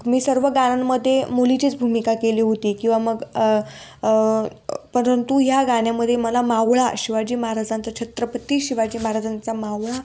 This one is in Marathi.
मी सर्व गाण्यांमध्ये मुलीचीच भूमिका केली होती किंवा मग परंतु या गाण्यामध्ये मला मावळा शिवाजी महाराजांचा छत्रपती शिवाजी महाराजांचा मावळा